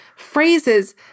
phrases